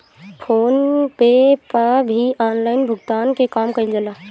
phone पे पअ भी online भुगतान के काम कईल जाला